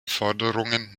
forderungen